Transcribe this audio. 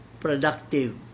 productive